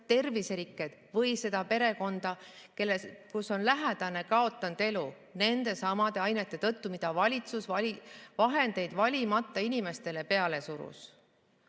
terviserikked, või seda perekonda, kus on lähedane kaotanud elu nendesamade ainete tõttu, mida valitsus vahendeid valimata inimestele peale surus.